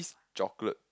chocolate